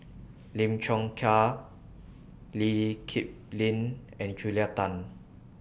Lim Chong Yah Lee Kip Lin and Julia Tan